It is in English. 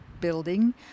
building